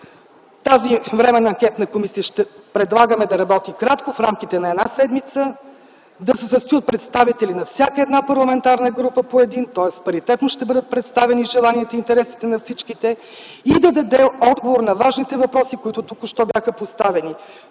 Тази временна анкетна комисия ще предлагаме да работи кратко – в рамките на една седмица, да се състои от представители на всяка една парламентарна група по един, тоест паритетно ще бъдат представени желанието и интересите на всички и да даде отговор на важните въпроси, които току-що бяха поставени: